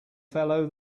fellow